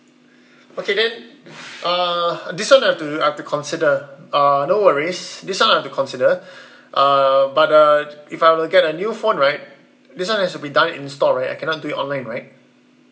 okay then uh this one I have to I have to consider uh no worries this one I have to consider uh but uh if I were to get a new phone right this one has to be done in store right I cannot do it online right